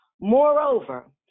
Moreover